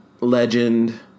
legend